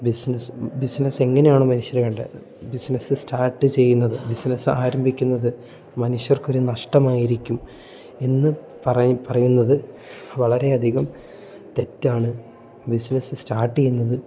business business എങ്ങനെയാണ് മനുഷ്യന് വേണ്ടത് ബിസിനസ്സ് സ്റ്റാർട്ട് ചെയ്യുന്നത് ബിസിനസ്സ് ആരംഭിക്കുന്നത് മനുഷ്യർക്ക് ഒരു നഷ്ടമായിരിക്കും എന്ന് പറ പറയുന്നത് വളരെ അധികം തെറ്റാണ് ബിസിനസ്സ് സ്റ്റാർട്ട് ചെയ്യുന്നത്